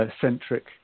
centric